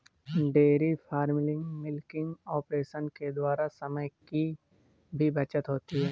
dairy farming milking operation के द्वारा समय की भी बचत होती है